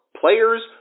players